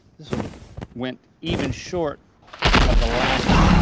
this one went even short of the last one.